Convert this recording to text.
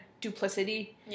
duplicity